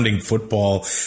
football